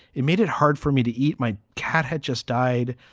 it made it hard for me to eat. my cat had just died.